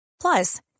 Plus